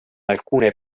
alcune